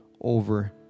over